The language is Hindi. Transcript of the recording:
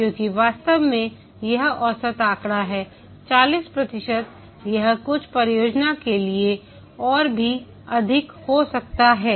क्योंकि वास्तव में यह औसत आंकड़ा है 40 प्रतिशत यह कुछ परियोजनाओं के लिए और भी अधिक हो सकता है